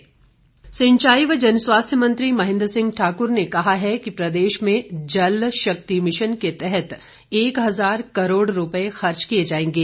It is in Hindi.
महेंद्र सिंह सिंचाई व जनस्वास्थ्य मंत्री महेंद्र सिंह ठाक्र ने कहा है कि प्रदेश में जल शक्ति मिशन के तहत एक हजार करोड़ रुपए खर्च किए जाएंगे